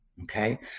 okay